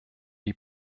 die